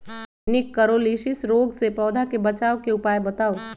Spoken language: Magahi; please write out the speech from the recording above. निककरोलीसिस रोग से पौधा के बचाव के उपाय बताऊ?